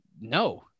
no